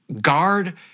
guard